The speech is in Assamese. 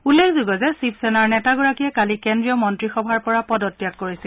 উল্লেখযোগ্য যে শিৱসেনাৰ নেতাগৰাকীয়ে কালি কেন্দ্ৰীয় মন্ত্ৰীসভাৰ পৰা পদত্যাগ কৰিছিল